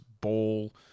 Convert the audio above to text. Ball